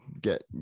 get